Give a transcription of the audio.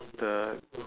the